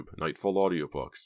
NightfallAudiobooks